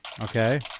Okay